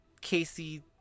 Casey